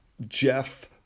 Jeff